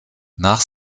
nach